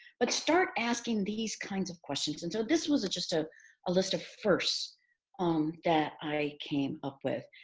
but start asking these kinds of questions. and so this was just ah a list of firsts um that i came up with.